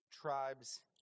tribes